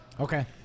Okay